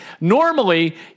Normally